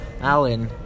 Alan